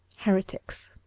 heretics